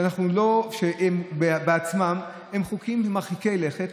שהם בעצמם חוקים מרחיקי לכת.